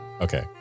Okay